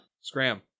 Scram